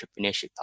entrepreneurship